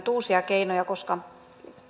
uusia keinoja koska